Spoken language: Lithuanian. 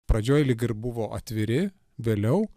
pradžioj lyg ir buvo atviri vėliau